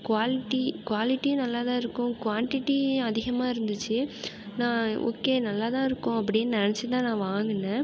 quality குவாலிட்டியும் நல்லா தான் இருக்கும் குவான்டிட்டி அதிகமாக இருந்துச்சு நான் ஓகே நல்லா தான் இருக்கும் அப்படின் நெனச்சு தான் நான் வாங்குனேன்